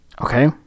okay